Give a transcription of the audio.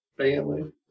family